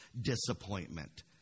disappointment